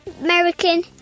American